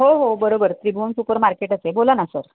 हो हो बरोबर त्रिभुवन सुपर मार्केटच आहे बोला ना सर